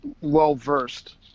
well-versed